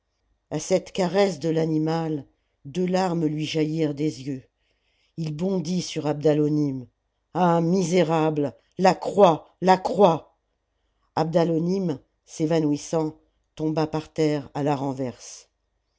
a cette caresse de l'animal deux larmes lui jaillirent des yeux il bondit sur abdalonim ah misérable la croix la croix abdalonim s'évanouissant tomba par terre à la renverse